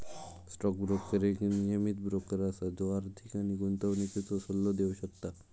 stock broker एक नियमीत broker असा जो आर्थिक आणि गुंतवणुकीचो सल्लो देव शकता